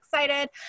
excited